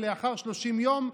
ולאחר 30 יום,